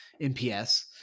NPS